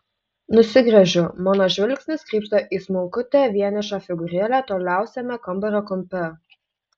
nusigręžiu mano žvilgsnis krypsta į smulkutę vienišą figūrėlę toliausiame kambario kampe